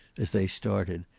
as they started.